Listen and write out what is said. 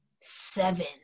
seven